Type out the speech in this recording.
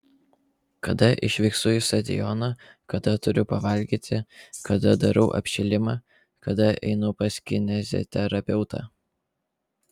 kada išvykstu į stadioną kada turiu pavalgyti kada darau apšilimą kada einu pas kineziterapeutą